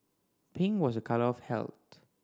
pink was a colour of health